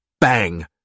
Bang